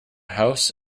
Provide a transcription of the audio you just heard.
house